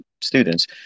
students